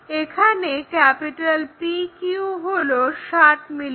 এখানে PQ হল 60 mm